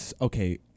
okay